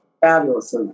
Fabulous